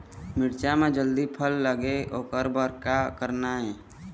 मिरचा म जल्दी फल लगे ओकर बर का करना ये?